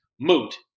moot